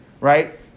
right